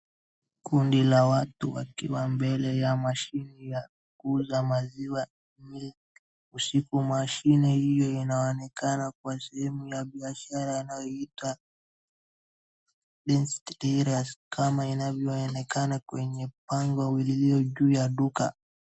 Kundi la watu wakiwa mbele ya mashine ya kuuza maziwa, milk , usiku. Mashine hiyo inaonekana kuwa sehemu ya biashara inayoitwa Density Dairies kama inavyoonekana kwenye pango wili lililo juu ya duka.